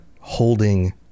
holding